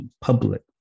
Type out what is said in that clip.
public